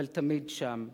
אבל תמיד שם,